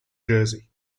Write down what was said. jersey